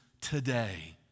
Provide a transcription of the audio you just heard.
today